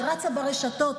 שרצה ברשתות.